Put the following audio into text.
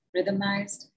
rhythmized